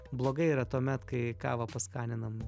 blogai yra tuomet kai kavą paskaninam